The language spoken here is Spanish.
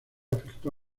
afectó